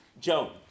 Joan